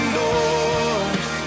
doors